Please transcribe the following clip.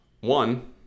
one